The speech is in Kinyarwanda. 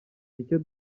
icyo